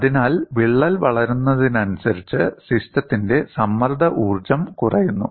അതിനാൽ വിള്ളൽ വളരുന്നതിനനുസരിച്ച് സിസ്റ്റത്തിന്റെ സമ്മർദ്ദ ഊർജ്ജം കുറയുന്നു